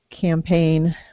campaign